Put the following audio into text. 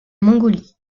mongolie